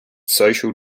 social